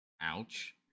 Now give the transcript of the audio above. Ouch